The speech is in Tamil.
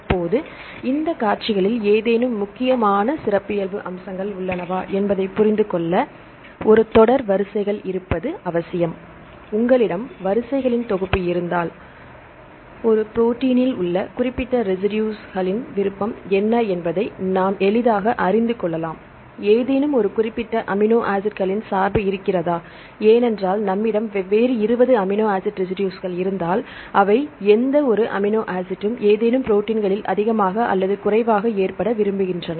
இப்போது இந்த காட்சிகளில் ஏதேனும் முக்கியமான சிறப்பியல்பு அம்சங்கள் உள்ளனவா என்பதைப் புரிந்துகொள்ள ஒரு தொடர் வரிசைகள் இருப்பது அவசியம் உங்களிடம் வரிசைகளின் தொகுப்பு இருந்தால் ஒரு ப்ரோடீன்னில் உள்ள குறிப்பிட்ட ரெசிடுஸ்களின் விருப்பம் என்ன என்பதை நாம் எளிதாக அறிந்து கொள்ளலாம் ஏதேனும் ஒரு குறிப்பிட்ட அமினோ ஆசிட்களின் சார்பு இருக்கிறதா ஏனென்றால் நம்மிடம் 20 வெவ்வேறு அமினோ ஆசிட் ரெசிடுஸ்கள் இருந்தால்அவை எந்தவொரு அமினோ ஆசிட்டும் ஏதேனும் புரோட்டீன்களில் அதிகமாக அல்லது குறைவாக ஏற்பட விரும்புகின்றன